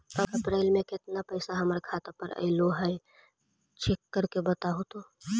अप्रैल में केतना पैसा हमर खाता पर अएलो है चेक कर के बताहू तो?